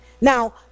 Now